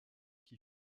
qui